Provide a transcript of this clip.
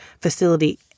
facility